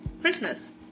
Christmas